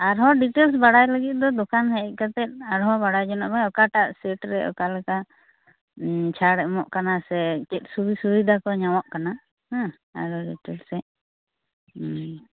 ᱟᱨᱦᱚᱸ ᱰᱤᱴᱮᱞᱥ ᱵᱟᱰᱟᱭ ᱞᱟ ᱜᱤᱫ ᱫᱚ ᱫᱚᱠᱟᱱ ᱦᱮᱡ ᱠᱟᱛᱮᱫ ᱟᱨᱦᱚᱸ ᱵᱟᱰᱟᱭ ᱡᱚᱱᱚᱜ ᱢᱮ ᱚᱠᱟᱴᱟᱜ ᱥᱮᱴ ᱨᱮ ᱚᱠᱟᱞᱮᱠᱟ ᱪᱷᱟᱲ ᱮᱢᱚᱜ ᱠᱟᱱᱟ ᱥᱮ ᱪᱮᱫ ᱥᱩᱵᱤ ᱥᱩᱵᱤᱫᱟ ᱠᱚ ᱧᱟᱸᱢᱚᱜ ᱠᱟᱱᱟ ᱟᱨᱚ ᱰᱤᱴᱮᱞᱥ ᱨᱮ